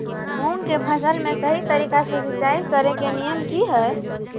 मूंग के फसल में सही तरीका से सिंचाई करें के नियम की हय?